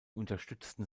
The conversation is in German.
unterstützten